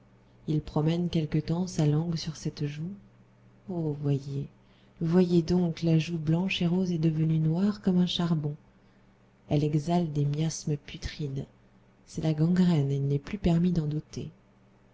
il promène quelque temps sa langue sur cette joue oh voyez voyez donc la joue blanche et rose est devenue noire comme un charbon elle exhale des miasmes putrides c'est la gangrène il n'est plus permis d'en douter